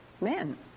men